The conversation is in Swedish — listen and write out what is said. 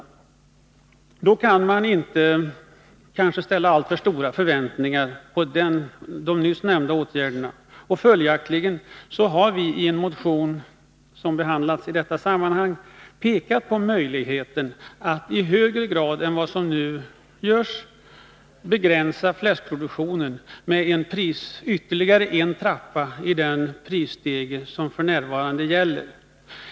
Då kan man kanske inte ställa alltför stora förhoppningar till åtgärder av det slag jag nyss nämnde. Följaktligen har vi i en motion som behandlats i detta sammanhang pekat på möjligheten att i högre grad än vad som nu är fallet begränsa fläskproduktionen så att man går ned ytterligare en bit på den prisstege som vi har f. n.